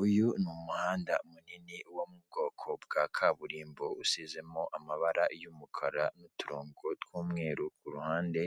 Uyu ni umuhanda munini wo mu bwoko bwa kaburimbo usizemo amabara y'umukara n'uturongo tw'umweru kuruhande,